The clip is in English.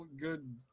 good